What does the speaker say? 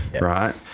right